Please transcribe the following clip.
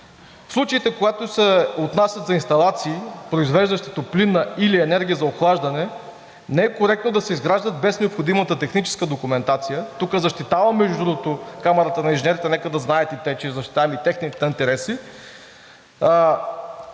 В случаите, когато се отнасят за инсталации, произвеждащи топлинна или енергия за охлаждане, не е коректно да се изграждат без необходимата техническа документация. Тук защитавам, между другото, Камарата на инженерите, нека да знаят и те, че защитавам и техните интереси,